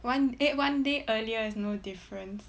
one one day earlier is no different